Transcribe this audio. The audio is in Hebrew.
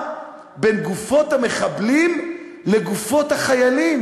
בין גופות המחבלים לגופות החיילים.